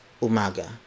umaga